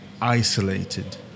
isolated